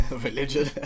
religion